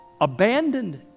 abandoned